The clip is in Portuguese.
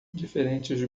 diferentes